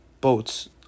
boats